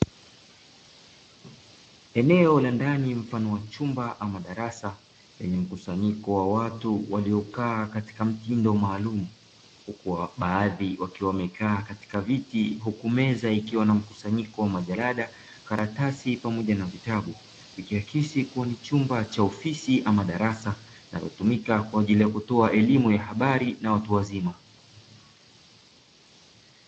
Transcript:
Eneo la ndai mfano wa chumba ama darasa lenye mkusanyiko wa watu waliokaa katika mtindo maalum huku baadhi wakiwa wamekaa katika viti huku meza ikiwa na mkusanyiko wa majarada, karatasi pamoja na vitabu, ikiakisi kuwa ni chumba cha ofisi ama darasa linalotumika kwa ajili ya kutoa elimu ya habari na watu wazima.